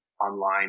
online